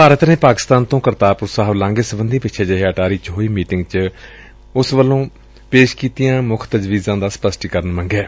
ਭਾਰਤ ਨੇ ਪਾਕਿਸਤਾਨ ਤੋਂ ਕਰਤਾਰਪੁਰ ਸਾਹਿਬ ਲਾਂਘੇ ਸਬੰਧੀ ਪਿੱਛੇ ਜਿਹੇ ਅਟਾਰੀ ਚ ਹੋਈ ਮੀਟਿੰਗ ਵਿਚ ਉਸ ਵਜੋਂ ਪੇਸ਼ ਕੀਤੀਆਂ ਮੁੱਖ ਤਜਵੀਜ਼ਾਂ ਬਾਰੇ ਸਪਸਟੀਕਰਨ ਮੰਗਿਆ ਏ